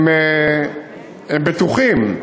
הם בטוחים.